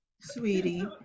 sweetie